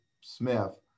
Smith